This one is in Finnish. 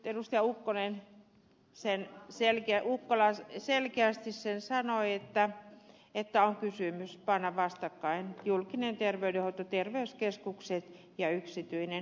ukkola sen selkeästi sanoi että on kysymys siitä että pannaan vastakkain julkinen terveydenhoito terveyskeskukset ja yksityinen